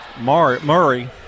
Murray